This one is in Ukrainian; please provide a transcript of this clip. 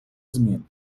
змін